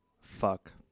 Fuck